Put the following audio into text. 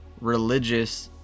religious